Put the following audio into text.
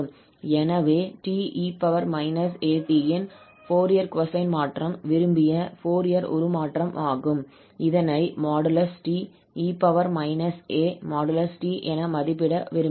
எனவே 𝑡𝑒−𝑎𝑡 இன் Fourier cosine மாற்றம் விரும்பிய ஃபோரியர் உருமாற்றம் ஆகும் இதனை |𝑡|𝑒−𝑎|𝑡| என மதிப்பிட விரும்புகிறோம்